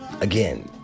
Again